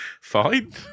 Fine